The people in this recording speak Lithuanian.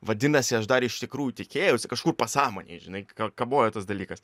vadinasi aš dar iš tikrųjų tikėjausi kažkur pasąmonėj žinai ka kabojo tas dalykas